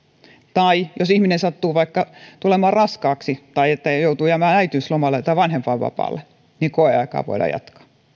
tai jos ihminen sattuu vaikka tulemaan raskaaksi tai joutuu jäämään äitiyslomalle tai vanhempainvapaalle niin koeaikaa voidaan jatkaa